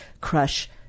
crush